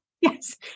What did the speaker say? Yes